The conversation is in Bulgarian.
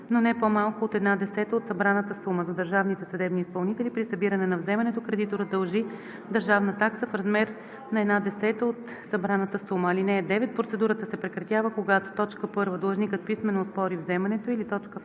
но не по-малко от една десета от събраната сума. За държавните съдебни изпълнители при събиране на вземането кредиторът дължи държавна такса в размер на една десета от събраната сума. (9) Процедурата се прекратява, когато: 1. длъжникът писмено оспори вземането или 2.